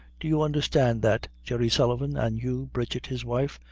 do you understand that, jerry sullivan, an' you bridget, his wife?